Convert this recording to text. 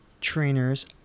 trainers